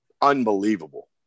Unbelievable